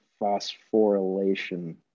phosphorylation